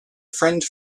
friend